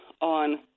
on